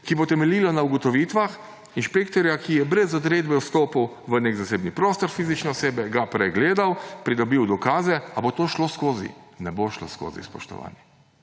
ki bo temeljilo na ugotovitvah inšpektorja, ki je brez odredbe vstopil v nek zasebni prostor fizične osebe, ga pregledal, pridobil dokaze. Ali bo to šlo skozi? Ne bo šlo skozi, spoštovani.